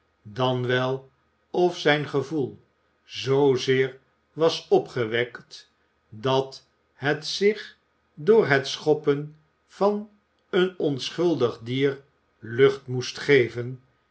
dan wel of zijn gevoel zoozeer was opgewekt dat het zich door het schoppen van een onschuldig dier lucht moest geven